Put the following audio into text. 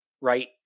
Right